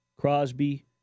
Crosby